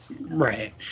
Right